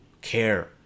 care